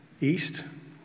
east